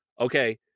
okay